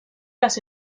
las